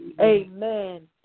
Amen